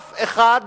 אף אחד